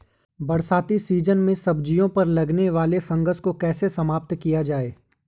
बरसाती सीजन में सब्जियों पर लगने वाले फंगस को कैसे समाप्त किया जाए?